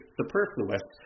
superfluous